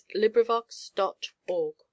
LibriVox.org